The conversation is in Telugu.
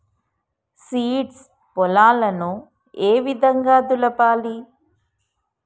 సీడ్స్ పొలాలను ఏ విధంగా దులపాలి?